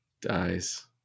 dies